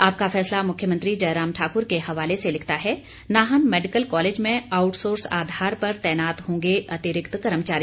आपका फैसला मुख्यमंत्री जयराम ठाकुर के हवाले से लिखता है नाहन मेडिकल कॉलेज में आउटसोर्स आधार पर तैनात होंगे अतिरिक्त कर्मचारी